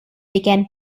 began